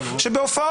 בהיבט